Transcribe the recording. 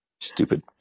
Stupid